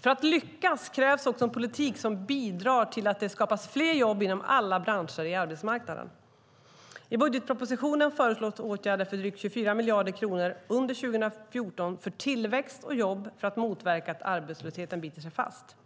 För att lyckas krävs också en politik som bidrar till att det skapas fler jobb inom alla branscher på arbetsmarknaden. I budgetpropositionen föreslås åtgärder för drygt 24 miljarder kronor under 2014 för tillväxt och jobb för att motverka att arbetslösheten biter sig fast.